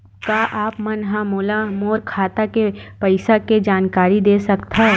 का आप मन ह मोला मोर खाता के पईसा के जानकारी दे सकथव?